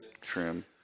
trim